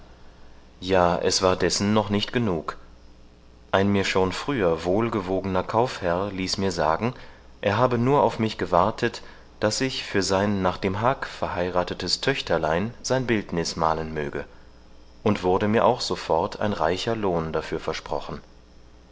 ja es war dessen noch nicht genug ein mir schon früher wohl gewogener kaufherr ließ mir sagen er habe nur auf mich gewartet daß ich für sein nach dem haag verheirathetes töchterlein sein bildniß malen möge und wurde mir auch sofort ein reicher lohn dafür versprochen